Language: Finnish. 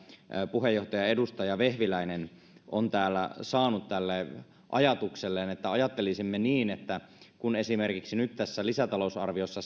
puheenjohtaja edustaja vehviläinen on täällä saanut tälle ajatukselleen että ajattelisimme niin että kun esimerkiksi nyt tässä lisätalousarviossa